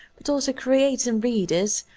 but also creates in readers,